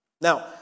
Now